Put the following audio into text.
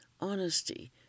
honesty